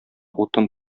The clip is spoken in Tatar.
утын